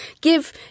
give